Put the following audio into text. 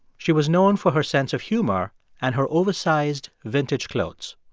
she was known for her sense of humor and her oversized vintage clothes.